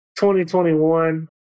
2021